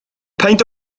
peint